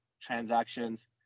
transactions